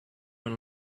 when